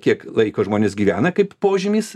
kiek laiko žmonės gyvena kaip požymis